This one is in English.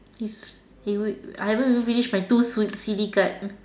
is it would I haven even finish my two si~ silly card